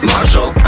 Marshall